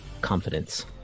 confidence